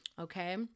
Okay